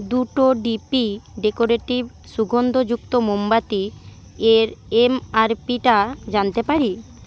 দুটো DP decorative সুগন্ধ যুক্ত মোমবাতির এমআরপিটা জানতে পারি